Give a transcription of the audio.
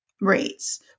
rates